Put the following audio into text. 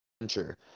adventure